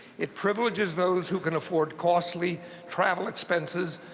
it privileges those who can afford costly travel expenses,